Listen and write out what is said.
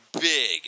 big